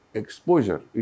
exposure